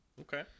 Okay